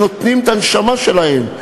שנותנים את הנשמה שלהם.